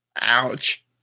Ouch